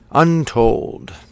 Untold